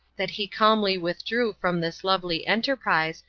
that he calmly withdrew from this lovely enterprise,